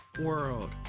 world